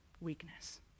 weakness